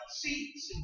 seats